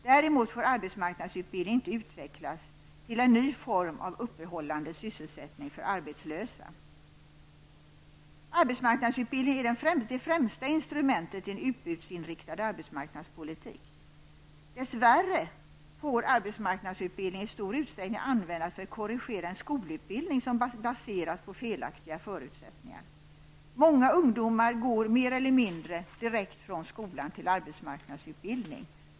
Däremot får arbetsmarknadsutbildningen inte utvecklas till en ny form av uppehållande sysselsättning för arbetslösa. Arbetsmarknadsutbildning är det främsta instrumentet i en utbudsinriktad arbetsmarknadspolitik. Dess värre får arbetsmarknadsutbildning i stor utsträckning användas för att korrigera en skolutbildning som baseras på felaktiga förutsättningar. Många ungdomar går mer eller mindre direkt från skolan till arbetsmarknadsutbildning.